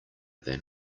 than